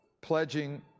Pledging